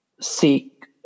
seek